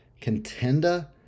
contender